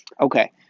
Okay